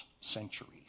centuries